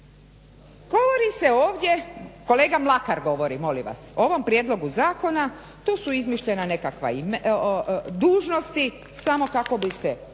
govori se ovdje kolega Mlakar govori molim vas, o ovom prijedlogu zakona tu su izmišljena nekakve dužnosti kako bi